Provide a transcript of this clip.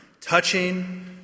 touching